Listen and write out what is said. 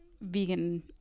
vegan